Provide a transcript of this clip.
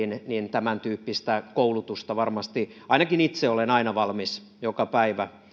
tämäntyyppistä koulutusta varmasti ainakin itse olen aina valmis joka päivä